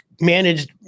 managed